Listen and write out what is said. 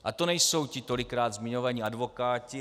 A to nejsou ti tolikrát zmiňovaní advokáti.